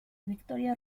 victoria